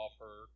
offer